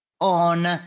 on